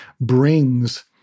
brings